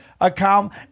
account